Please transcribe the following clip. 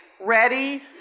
ready